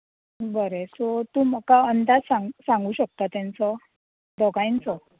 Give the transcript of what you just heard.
बरें सो तूं म्हाका अंदाज सांग सांगू शकता तेंचो दोगांयचो